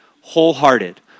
Wholehearted